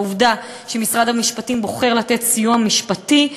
העובדה שמשרד המשפטים בוחר לתת סיוע משפטי,